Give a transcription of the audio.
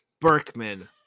Berkman